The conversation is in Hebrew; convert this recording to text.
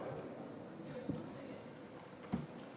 מקבל שעות נוספות על הדבר הזה?